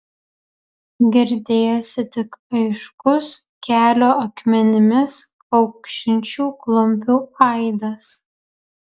girdėjosi tik aiškus kelio akmenimis kaukšinčių klumpių aidas